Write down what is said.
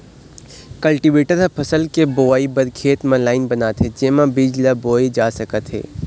cultivator ह फसल के बोवई बर खेत म लाईन बनाथे जेमा बीज ल बोए जा सकत हे